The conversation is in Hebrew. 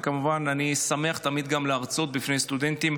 ואני כמובן שמח תמיד להרצות בפני סטודנטים,